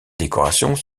décorations